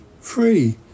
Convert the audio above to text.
Free